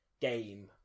game